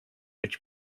być